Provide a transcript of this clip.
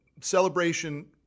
Celebration